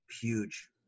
Huge